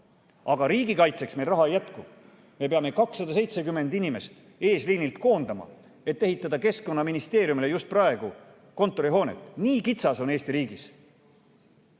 Aga riigikaitseks meil raha ei jätku. Me peame 270 inimest eesliinilt koondama, et ehitada Keskkonnaministeeriumile just praegu kontorihoonet. Nii kitsas on Eesti riigis.